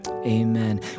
Amen